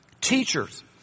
Teachers